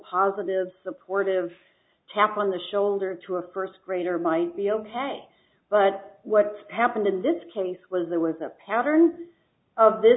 positive supportive tap on the shoulder to a first grader might be ok but what happened in this case was there was a pattern of th